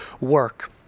work